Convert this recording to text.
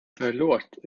förlåt